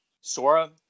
Sora